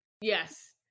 Yes